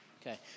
Okay